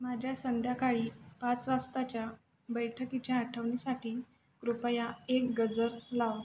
माझ्या संध्याकाळी पाच वाजताच्या बैठकीच्या आठवणीसाठी कृपया एक गजर लाव